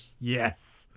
Yes